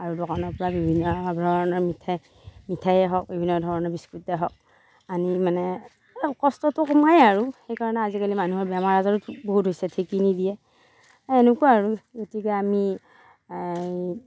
আৰু দোকানৰ পৰা বিভিন্ন ধৰণৰ মিঠাই মিঠাইয়েই হওক বিভিন্ন ধৰণৰ বিস্কুটেই হওক আনি মানে কষ্টটো কমাই আৰু সেই কাৰণে আজিকালি মানুহৰ বেমাৰ আজাৰো বহুত হৈছে ঢেঁকী নিদিয়ে এনেকুৱা আৰু গতিকে আমি এই